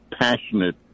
passionate